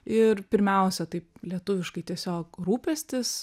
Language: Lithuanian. ir pirmiausia taip lietuviškai tiesiog rūpestis